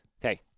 Hey